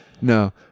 No